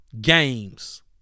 games